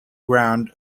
ground